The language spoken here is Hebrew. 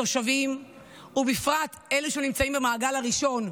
התושבים ובפרט אלה שנמצאים במעגל הראשון,